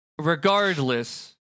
regardless